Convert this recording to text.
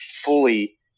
fully